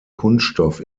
kunststoff